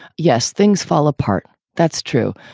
yes. things fall apart. that's true.